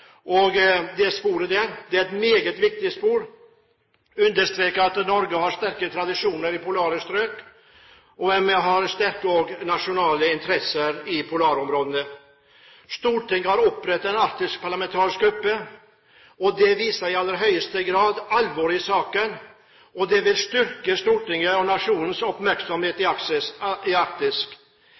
Det sporet er et meget viktig spor. Jeg vil understreke at Norge har sterke tradisjoner i polare strøk, og vi har også sterke nasjonale interesser i polarområdene. Stortinget har opprettet en arktisk parlamentarisk gruppe. Det viser i aller høyeste grad alvoret i saken. Det vil styrke Stortingets og nasjonens oppmerksomhet i Arktis. I den rapporten vi har her i